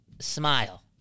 smile